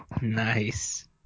Nice